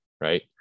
right